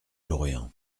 lorient